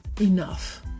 enough